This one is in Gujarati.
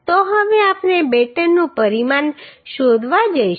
તો હવે આપણે બેટનનું પરિમાણ શોધવા જઈશું